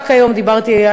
רק היום דיברתי,